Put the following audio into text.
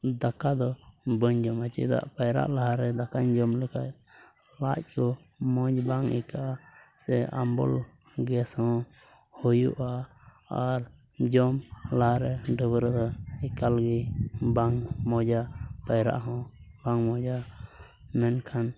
ᱫᱟᱠᱟ ᱫᱚ ᱵᱟᱹᱧ ᱡᱚᱢᱟ ᱪᱮᱫᱟᱜ ᱯᱟᱭᱨᱟᱜ ᱞᱟᱦᱟᱨᱮ ᱫᱟᱠᱟᱧ ᱡᱚᱢ ᱞᱮᱠᱷᱟᱱ ᱞᱟᱡ ᱠᱚ ᱢᱚᱡᱽ ᱵᱟᱝ ᱟᱹᱭᱠᱟᱹᱜᱼᱟ ᱥᱮ ᱟᱢᱵᱚᱞ ᱜᱮᱥ ᱦᱚᱸ ᱦᱩᱭᱩᱜᱼᱟ ᱟᱨ ᱡᱚᱢ ᱞᱟᱦᱟᱨᱮ ᱰᱟᱹᱵᱽᱨᱟᱹ ᱮᱠᱟᱞ ᱜᱮ ᱵᱟᱝ ᱢᱚᱡᱟ ᱯᱟᱭᱨᱟᱜ ᱦᱚᱸ ᱵᱟᱝ ᱢᱚᱡᱟ ᱢᱮᱱᱠᱷᱟᱱ